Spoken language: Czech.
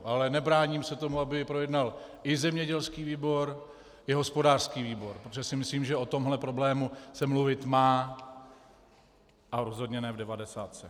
Ale nebráním se tomu, aby to projednal i zemědělský výbor i hospodářský výbor, protože si myslím, že o tomhle problému se mluvit má a rozhodně ne v devadesátce.